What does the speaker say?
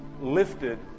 lifted